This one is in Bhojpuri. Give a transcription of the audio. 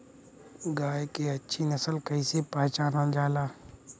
गाय के अच्छी नस्ल कइसे पहचानल जाला?